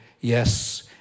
yes